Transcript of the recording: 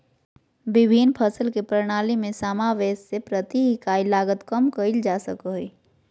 विभिन्न फसल के प्रणाली में समावेष से प्रति इकाई लागत कम कइल जा सकय हइ